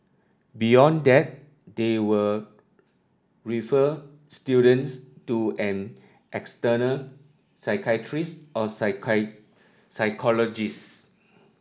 beyond that they will refer students to an external psychiatrist or psychologist